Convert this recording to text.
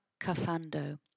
Kafando